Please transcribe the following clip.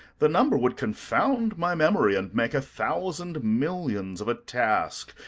the number would confound my memory, and make a thousand millions of a task,